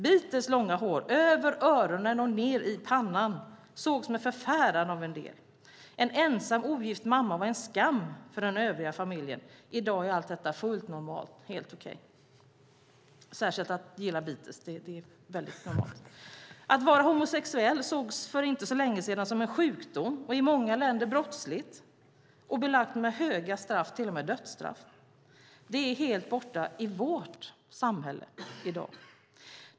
Beatles långa hår över öronen och ned i pannan sågs med förfäran av en del. En ensam ogift mamma var en skam för den övriga familjen. I dag är allt detta fullt normalt och helt okej - särskilt att gilla Beatles, det är väldigt normalt. Att vara homosexuell sågs för inte så länge sedan som en sjukdom, och det är i många länder brottsligt och belagt med höga straff, till och med dödsstraff. Det är helt borta i vårt samhälle i dag.